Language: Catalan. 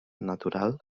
natural